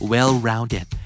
Well-rounded